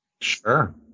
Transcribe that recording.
sure